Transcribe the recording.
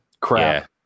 crap